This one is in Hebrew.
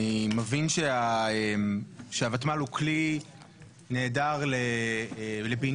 אני מבין שהוותמ"ל הוא כלי נהדר לבינוי